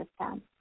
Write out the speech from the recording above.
system